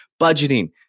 budgeting